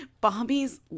Bobby's